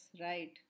right